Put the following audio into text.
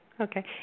Okay